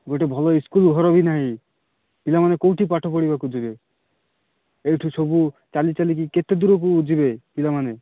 ଗୋଟେ ଭଲ ସ୍କୁଲ୍ ଘର ବି ନାହିଁ ପିଲାମାନେ କେଉଁଠି ପାଠ ପଢ଼ିବାକୁ ଯିବେ ଏଇଠୁ ସବୁ ଚାଲି ଚାଲି କି କେତେ ଦୂରକୁ ଯିବେ ପିଲାମାନେ